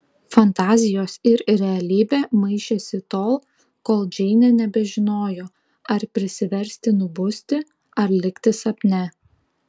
fantazijos ir realybė maišėsi tol kol džeinė nebežinojo ar prisiversti nubusti ar likti sapne